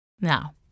Now